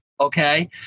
okay